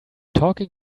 talking